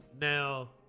Now